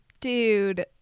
Dude